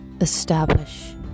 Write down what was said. establish